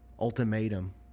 ultimatum